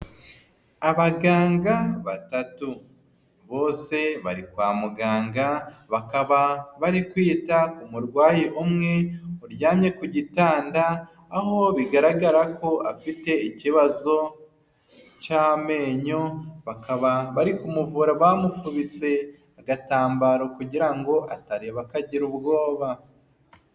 Abaganga batatu. Bose bari kwa muganga bakaba bari kwita ku murwayi umwe uryamye ku gitanda aho bigaragara ko afite ikibazo cy'amenyo, bakaba bari kumuvura bamufubitse agatambaro kugira ngo atareba akagira ubwoba.